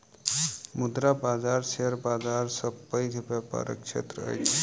मुद्रा बाजार शेयर बाजार सॅ पैघ व्यापारक क्षेत्र अछि